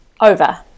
Over